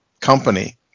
company